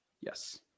Yes